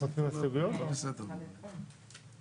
נשארו הסתייגויות מס' 2, 3, 4 ו-6.